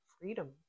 freedom